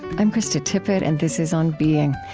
i'm krista tippett and this is on being.